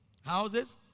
Houses